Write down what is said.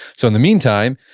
so in the meantime,